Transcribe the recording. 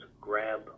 grab